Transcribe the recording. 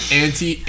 anti